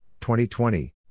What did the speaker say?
2020